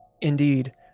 Indeed